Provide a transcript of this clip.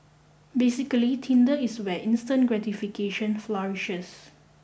basically Tinder is where instant gratification flourishes